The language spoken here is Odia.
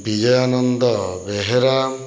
ବିଜୟାନନ୍ଦ ବେହେରା